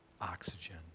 oxygen